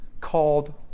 called